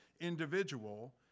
individual